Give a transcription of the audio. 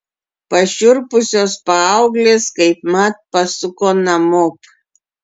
pašiurpusios paauglės kaipmat pasuko namop